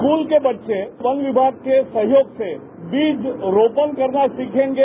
school के बच्चे वन विभाग के सहयोग से बीज रोपण करना सीखेंगे